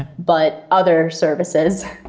ah but other services.